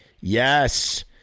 Yes